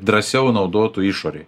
drąsiau naudotų išorėj